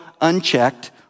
unchecked